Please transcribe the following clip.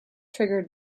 triggered